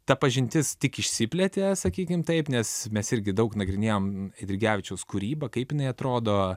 ta pažintis tik išsiplėtė sakykim taip nes mes irgi daug nagrinėjom eidrigevičiaus kūrybą kaip jinai atrodo